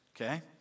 Okay